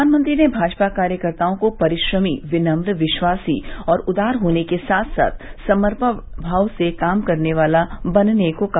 प्रधानमंत्री ने भाजपा कार्यकर्ताओं को परिश्रमी विनम्र विश्वासी और उदार होने के साथ साथ समर्पण भाव से काम करने वाला बनने को कहा